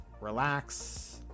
relax